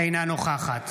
אינה נוכחת